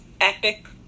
epic